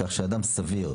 כך שאדם סביר,